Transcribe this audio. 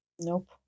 Nope